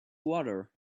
water